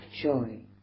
joy